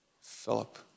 Philip